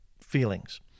feelings